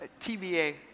TBA